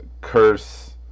Curse